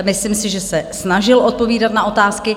Myslím si, že se snažil odpovídat na otázky.